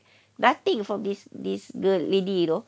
nothing from this this girl this lady you know